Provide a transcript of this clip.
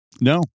No